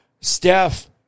Steph